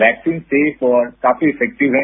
vaccine safe और काफी effective है